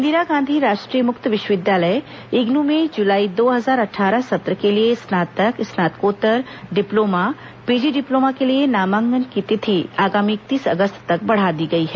इंदिरा गांधी राष्ट्रीय मुक्त विश्वविद्यालय इग्नू में जुलाई दो हजार अट्ठारह सत्र के लिए स्नातक स्नातकोत्तर डिप्लोमा पीजी डिप्लोमा के लिए नामांकन की तिथि आगामी इकतीस अगस्त तक बढ़ा दी गई है